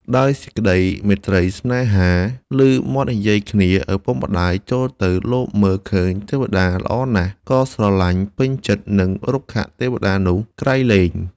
ដោយសេចក្ដីមេត្រីស្នេហា ឮមាត់និយាយគ្នាឪពុកម្ដាយចូលទៅលបមើលឃើញទេវតាល្អណាស់ ក៏ស្រលាញ់ពេញចិត្ដនិងរុក្ខទេវតានោះ ក្រៃលែង